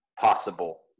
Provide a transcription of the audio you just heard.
possible